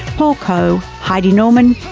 paul coe, heidi norman,